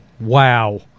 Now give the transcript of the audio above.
Wow